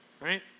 right